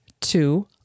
Two